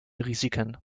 risiken